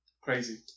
Crazy